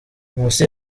nkusi